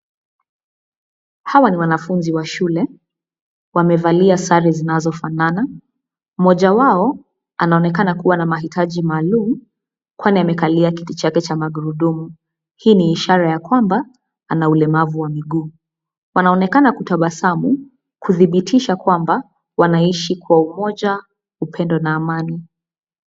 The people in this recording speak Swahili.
Hawa ni wanafunzi wa shule. Wamevalia sare zinazofanana, mmoja wao anaonekana kuwa na mahitaji maalum kwani amekalia kiti chake cha magurudumu. Hii ni ishara ya kwamba ana ulemavu wa miguu. Wanaonekana kutabasamu kudhibitisha kwamba wanaishi kwa umoja, upendo na amani.